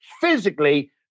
physically